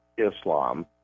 Islam